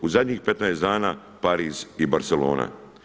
U zadnjih 15 dana Pariz i Barcelona.